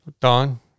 Don